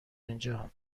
اینجا